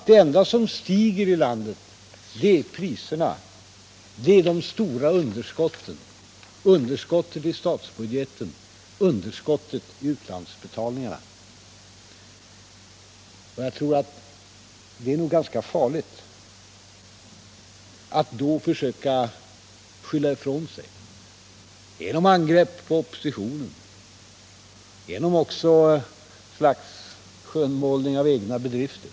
Det enda som stiger i landet är priserna och de stora underskotten, underskottet i statsbudgeten och underskottet i utlandsbetalningarna. Jag tror att det i det läget är ganska farligt att försöka skylla ifrån sig genom angrepp på oppositionen eller genom ett slags skönmålning av egna bedrifter.